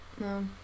No